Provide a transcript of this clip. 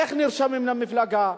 איך נרשמים למפלגה,